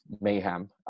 mayhem